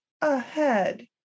ahead